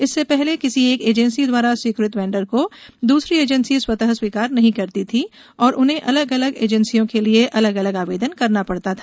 इससे पहले किसी एक एजेंसी द्वारा स्वीकृत वेंडर को दूसरी एजेंसी स्वतः स्वीकार नहीं करती थी और उन्हें अलग अलग अलग एजेंसियों के लिए अलग अलग आवेदन करना पड़ता था